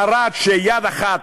ערד, שיד אחת,